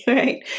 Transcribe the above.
right